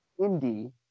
indie